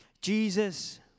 jesus